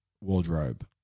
wardrobe